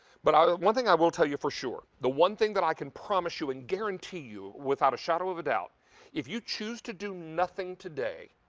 but one thing i will tell you for sure, the one thing that i can promise you and guarantee you without a shadow of a doubt if you choose to do nothing today,